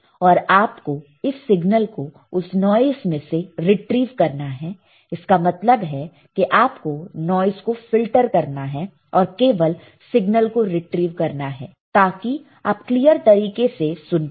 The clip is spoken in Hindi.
और आप को इस सिग्नल को उस नॉइस में से रिट्रीव करना है इसका मतलब है कि आप को नॉइस को फिल्टर करना है और केवल सिगनल को रिट्रीव करना है ताकि आप क्लियर तरीके से सुन पाए